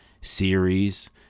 series